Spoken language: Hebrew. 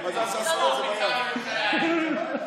אפרופו בית"ר ירושלים,